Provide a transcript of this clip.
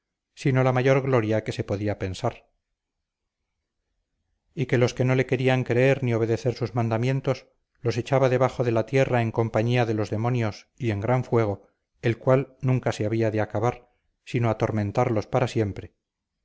sino la mayor gloria que se podría pensar y que los que no le querían creer ni obedecer sus mandamientos los echaba debajo de la tierra en compañía de los demonios y en gran fuego el cual nunca se había de acabar sino atormentarlos para siempre